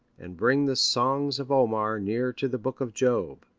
and bring the songs of omar near to the book of job.